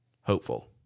hopeful